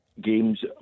games